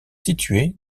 située